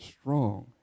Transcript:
strong